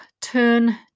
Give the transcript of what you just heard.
turn